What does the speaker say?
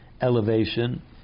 elevation